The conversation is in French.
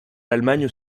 l’allemagne